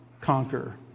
conquer